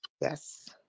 Yes